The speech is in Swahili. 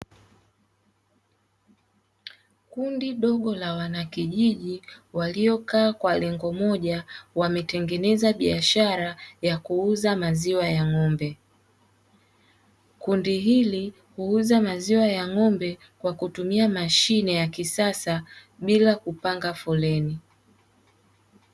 Kundi dogo la wanakijiji waliokaa kwa lengo moja wametengeneza biashara ya kuuza maziwa ya ng'ombe. Kundi hili huuza maziwa ya ng'ombe kwa kutumia mashine ya kisasa bila kupanga foleni.